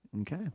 Okay